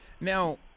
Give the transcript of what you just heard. Now